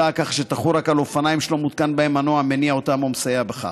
כך שתחול רק על אופניים שלא מותקן בהם מנוע המניע אותם או מסייע בכך.